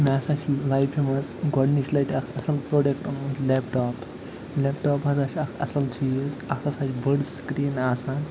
مےٚ سا چھِ لایفہِ منٛز گۄڈنِچ لَٹہِ اکھ اصٕل پرٛوڈکٹ اوٚنمُت لٮ۪پٹاپ لٮ۪پٹاپ ہسا چھِ اکھ اصٕل چیٖر اتھ ہَسا چھِ بٔڑ سِکریٖن آسان